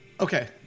Okay